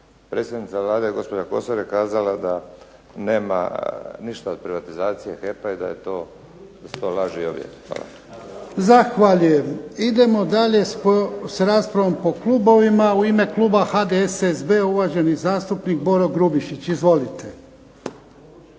predsjednica Vlade gospođa Kosor je kazala da nema ništa od privatizacije HEP-a i da su to laži i objede. Hvala. **Jarnjak, Ivan (HDZ)** Zahvaljujem. Idemo sa raspravom po klubovima. U ime kluba HDSSB-a, uvaženi zastupnik Boro Grubišić. Izvolite.